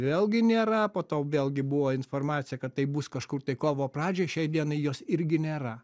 vėlgi nėra po to vėlgi buvo informacija kad tai bus kažkur tai kovo pradžioj šiai dienai jos irgi nėra